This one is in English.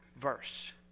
verse